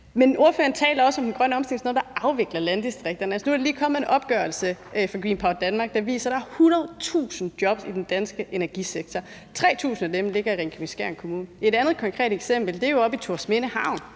tøj. Ordføreren taler også om den grønne omstilling som noget, der afvikler landdistrikterne. Altså, nu er der lige kommet en opgørelse fra Green Power Danmark, der viser, at der er 100.000 job i den danske energisektor. 3.000 af dem ligger i Ringkøbing-Skjern Kommune. Et andet konkret eksempel er jo oppe i Thorsminde Havn,